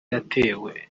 yatewe